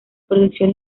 producción